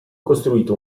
costruito